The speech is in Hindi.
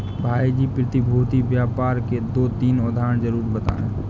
भाई जी प्रतिभूति व्यापार के दो तीन उदाहरण जरूर बताएं?